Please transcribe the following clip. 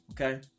Okay